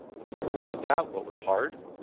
what was good about that? what was hard?